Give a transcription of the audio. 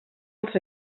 els